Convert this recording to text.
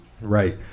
Right